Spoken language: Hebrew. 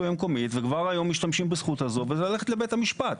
המקומית וכבר היום משתמשים בזכות הזאת וזה ללכת לבית המשפט.